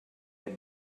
had